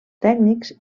tècnics